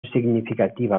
significativa